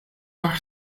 por